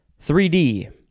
3D